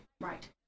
Right